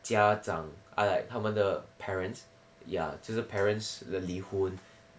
家长 like 他们的 parents ya 就是 parents 的离婚